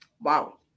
wow